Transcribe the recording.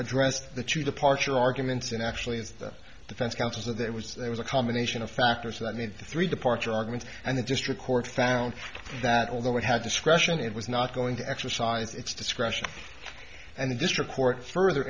addressed the two departure arguments and actually as the defense counsel that there was there was a combination of factors that made three departure arguments and the district court found that although it had discretion it was not going to exercise its discretion and the district court further